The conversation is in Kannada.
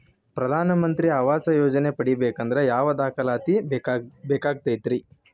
ಪ್ರಧಾನ ಮಂತ್ರಿ ಆವಾಸ್ ಯೋಜನೆ ಪಡಿಬೇಕಂದ್ರ ಯಾವ ದಾಖಲಾತಿ ಬೇಕಾಗತೈತ್ರಿ?